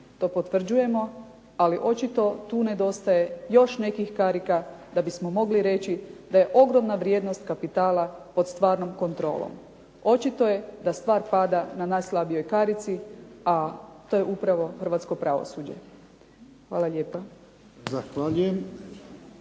to potvrđujemo, ali očito tu nedostaje još nekih karika da bismo mogli reći da je ogromna vrijednost kapitala pod stvarnom kontrolom. Očito je da stvar pada na najslabijoj karici, a to je upravo hrvatsko pravosuđe. Hvala lijepa.